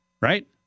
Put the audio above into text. Right